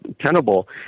tenable